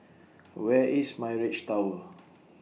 Where IS Mirage Tower